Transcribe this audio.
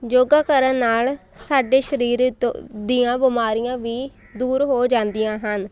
ਯੋਗਾ ਕਰਨ ਨਾਲ ਸਾਡੇ ਸਰੀਰ ਤੋਂ ਦੀਆਂ ਬਿਮਾਰੀਆਂ ਵੀ ਦੂਰ ਹੋ ਜਾਂਦੀਆਂ ਹਨ